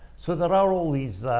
so there are all these